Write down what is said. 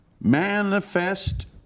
manifest